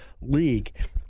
League